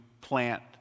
plant